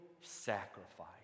sacrifice